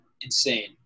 Insane